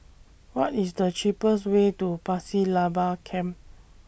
What IS The cheapest Way to Pasir Laba Camp